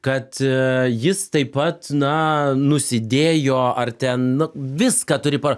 kad jis taip pat na nusidėjo ar ten nu viską turi pa